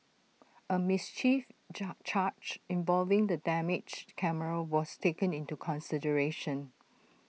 A mischief charge involving the damaged camera was taken into consideration